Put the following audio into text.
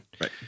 right